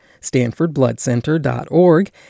StanfordBloodCenter.org